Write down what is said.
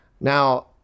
Now